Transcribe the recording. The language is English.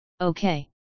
okay